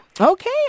Okay